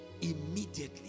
Immediately